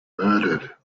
murdered